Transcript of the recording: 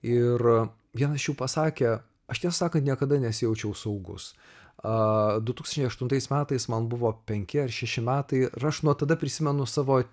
ir vienas jų pasakė aš tiesą sakant niekada nesijaučiau saugus a du tūkstančiai aštuntais metais man buvo penki ar šeši metai ir aš nuo tada prisimenu savo